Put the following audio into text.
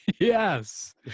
yes